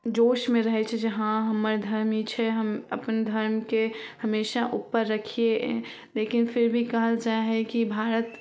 जोशमे रहै छै जे हँ हमर धर्म ई छै हम अपन धर्मके हमेशा उपर रखिए लेकिन फिर भी कहल जाइ हइ कि भारत